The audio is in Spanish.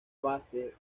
base